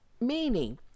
meaning